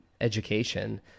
education